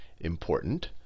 important